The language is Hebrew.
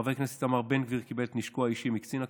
חבר הכנסת איתמר בן גביר קיבל את נשקו האישי מקצין הכנסת,